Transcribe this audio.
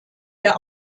der